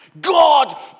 God